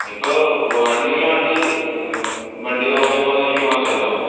ഇപ്പോള് റണ്ണിങ്ങില് വണ്ടി വണ്ടി ഓഫായി പോകുന്ന ഇഷ്യൂ മാത്രമേ ഉള്ളോ